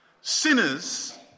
sinners